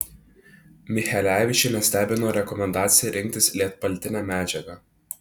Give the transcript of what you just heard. michelevičių nestebino rekomendacija rinktis lietpaltinę medžiagą